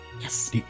Yes